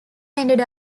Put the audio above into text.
ended